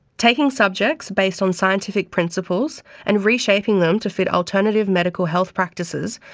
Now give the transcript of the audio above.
taking subjects based on scientific principles and reshaping them to fit alternative medical health practices,